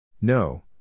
No